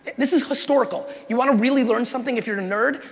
this is historical. you want to really learn something if you're a nerd?